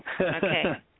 okay